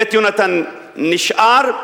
"בית יהונתן" נשאר,